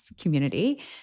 community